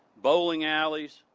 bowling alleys,